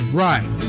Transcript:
right